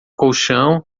colchão